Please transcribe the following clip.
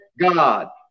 God